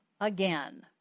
again